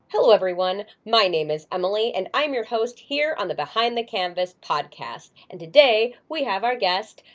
hello everyone, my name is emily and i'm your host here on the behind the canvas podacast and today we have our guest,